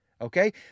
okay